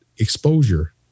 exposure